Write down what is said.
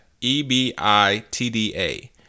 E-B-I-T-D-A